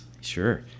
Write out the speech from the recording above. Sure